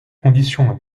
condition